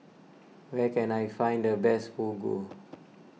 where can I find the best Fugu